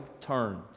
turned